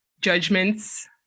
judgments